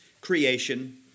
creation